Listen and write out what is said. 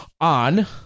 On